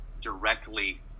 directly